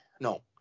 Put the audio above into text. no